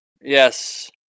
Yes